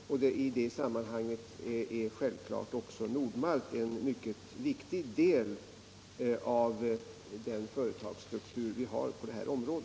Nord-Malt är självfallet en mycket viktig del av den företagsstruktur vi har på detta område.